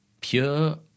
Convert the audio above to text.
pure